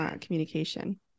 communication